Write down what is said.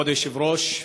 כבוד היושב-ראש,